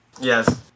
Yes